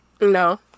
No